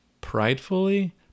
pridefully